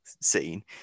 scene